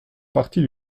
partie